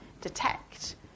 detect